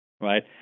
right